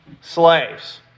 slaves